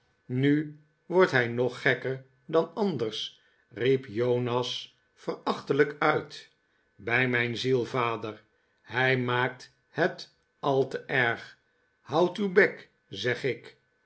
nu wordt hij nog gekker dan anders riep jonas verachtelijk uit bij mijn ziel vader hij maakt het al te erg houd uw bek zeg ik